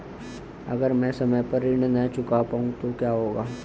अगर म ैं समय पर ऋण न चुका पाउँ तो क्या होगा?